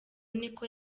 niko